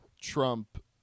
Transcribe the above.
Trump